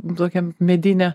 tokią medinę